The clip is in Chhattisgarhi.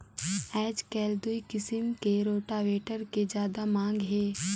आयज कायल दूई किसम के रोटावेटर के जादा मांग हे